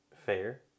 Fair